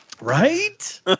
Right